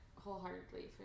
wholeheartedly